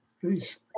please